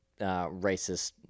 Racist